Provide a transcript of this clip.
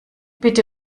bitte